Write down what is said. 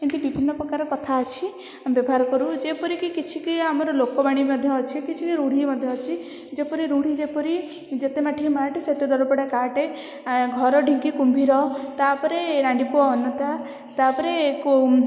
ଏମିତି ବିଭିନ୍ନ ପ୍ରକାର କଥା ଅଛି ଆମେ ବ୍ୟବହାର କରୁ ଯେପରି କି କିଛି କି ଆମର ଲୋକ ବାଣି ମଧ୍ୟ ଅଛି କିଛି ରୁଢ଼ି ମଧ୍ୟ ଅଛି ଯେପରି ରୁଢ଼ି ଯେପରି ଯେତେ ମାଠିବୁ ମାଠେ ସେଇ ଦର ପୋଡ଼ା କାଠେ ଘର ଢ଼ିଙ୍କି କୁମ୍ଭୀର ତା'ପରେ ରାଣ୍ଡି ପୁଅ ଅନନ୍ତା ତା'ପରେ କେଉଁ